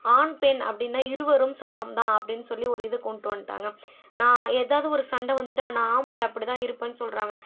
ஆண் பெண் அப்படின்னா இருவரும் சமம் தான் அப்படின்னு சொல்லி ஒரு இது கொண்டுட்டு வந்துட்டாங்க நான் எதாவது ஒரு சண்டை வந்து விட்டா நான் ஆம்பளை அப்படி தான் இருப்பேன்னு சொல்லுறாங்க